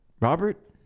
Robert